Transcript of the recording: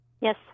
Yes